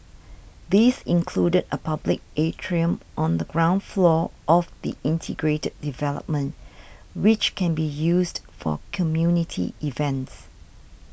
these included a public atrium on the ground floor of the integrated development which can be used for community events